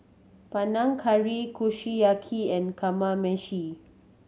Panang Curry Kushiyaki and Kamameshi